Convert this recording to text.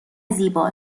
زیبا